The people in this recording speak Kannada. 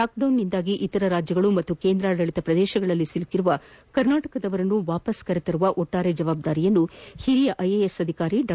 ಲಾಕ್ಡೌನ್ನಿಂದಾಗಿ ಇತರ ರಾಜ್ಯಗಳು ಮತ್ತು ಕೇಂದ್ರಾಡಳಿತ ಪ್ರದೇಶಗಳಲ್ಲಿ ಸಿಲುಕಿರುವ ಕರ್ನಾಟಕದವರನ್ನು ವಾಪಸ್ ಕರೆತರುವ ಒಟ್ಟಾರೆ ಜವಾಬ್ದಾರಿಯನ್ನು ಹಿರಿಯ ಐಎಎಸ್ ಅಧಿಕಾರಿ ಡಾ